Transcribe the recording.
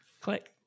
click